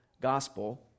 gospel